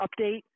update